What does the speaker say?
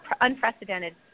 unprecedented